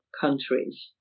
countries